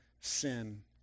sin